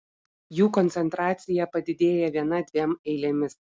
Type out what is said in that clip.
jų koncentracija padidėja viena dviem eilėmis